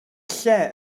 lle